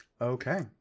Okay